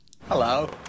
Hello